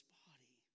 body